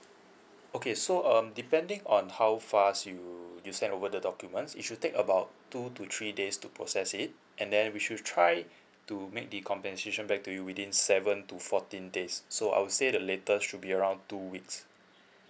okay so um depending on how fast you you send over the documents it should take about two to three days to process it and then we should try to make the compensation back to you within seven to fourteen days so I'll say the latest should be around two weeks